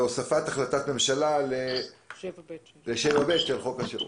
הוספת החלטת ממשלה לסעיף 7(ב)(6) של חוק השירות.